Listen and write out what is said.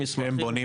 וכו'.